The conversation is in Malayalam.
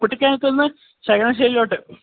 കുട്ടിക്കാനത്ത് നിന്ന് ചങ്ങനാശ്ശേരിയിലേക്ക്